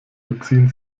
beziehen